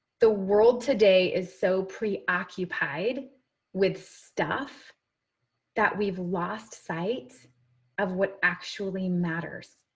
the world today is so preoccupied with stuff that we've lost sight of what actually matters.